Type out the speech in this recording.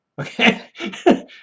Okay